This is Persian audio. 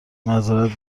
معذرت